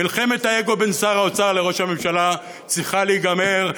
מלחמת האגו בין שר האוצר לראש הממשלה צריכה להיגמר,